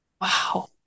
Wow